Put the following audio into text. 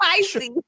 Spicy